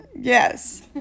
yes